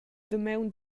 damaun